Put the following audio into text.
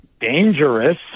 dangerous